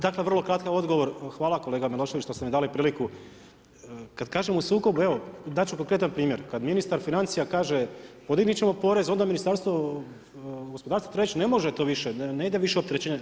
Dakle, vrlo kratak odgovor, hvala kolega Milošević, što ste mi dali priliku, kad kažem u sukobu, evo, dati ću konkretan primjer, kad ministar financija, kaže, podignuti ćemo porez, onda Ministarstvo gospodarstva treba reći, ne može to više, ne ide više opterećenje.